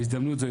בהזדמנות זאת,